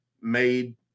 made